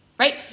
Right